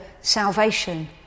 salvation